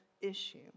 issue